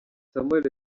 samuel